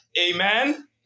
Amen